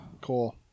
Cool